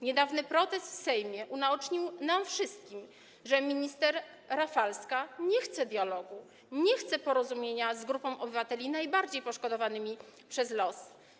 Niedawny protest w Sejmie unaocznił nam wszystkim, że minister Rafalska nie chce dialogu, nie chce porozumienia z grupą obywateli najbardziej poszkodowanymi przez los.